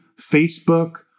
Facebook